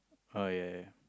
uh ya ya ya